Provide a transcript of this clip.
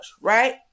right